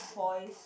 voice